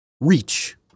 reach